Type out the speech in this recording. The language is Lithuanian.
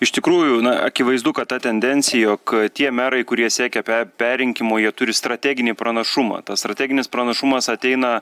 iš tikrųjų na akivaizdu kad ta tendencija jog tie merai kurie siekia pe perrinkimo jie turi strateginį pranašumą tas strateginis pranašumas ateina